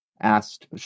asked